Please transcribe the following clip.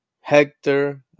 Hector